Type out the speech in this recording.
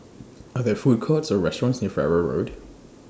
Are There Food Courts Or restaurants near Farrer Road